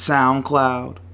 SoundCloud